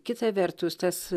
kita vertus tas